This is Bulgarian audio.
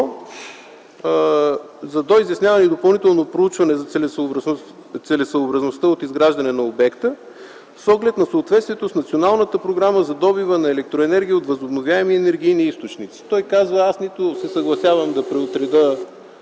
не до изясняване и допълнително проучване за целесъобразността от изграждане на обекта с оглед на съответствието с Националната програма за добива на електроенергия от възобновяеми енергийни източници”. Той казва – аз нито се съгласявам да преотредя